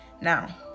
now